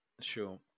Sure